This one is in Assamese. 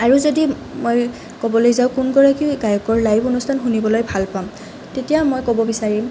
আৰু যদি মই ক'বলৈ যাওঁ কোনগৰাকী গায়কৰ লাইভ অনুষ্ঠান শুনিবলৈ ভাল পাম তেতিয়া মই ক'ব বিচাৰিম